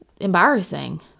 embarrassing